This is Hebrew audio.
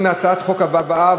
בעד,